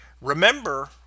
remember